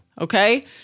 Okay